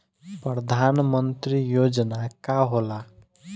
परधान मंतरी योजना का होला?